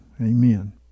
Amen